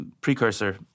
precursor